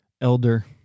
elder